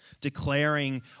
declaring